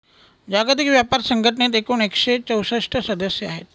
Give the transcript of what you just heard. जागतिक व्यापार संघटनेत एकूण एकशे चौसष्ट सदस्य आहेत